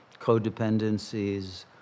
codependencies